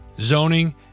zoning